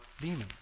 demons